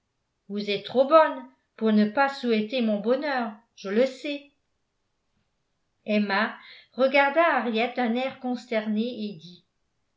vous êtes trop bonne pour ne pas souhaiter mon bonheur je le sais emma regarda henriette d'un air consterné et dit